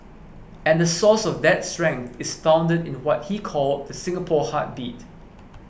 and the source of that strength is founded in what he called the Singapore heartbeat